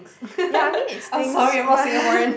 ya I mean it's things but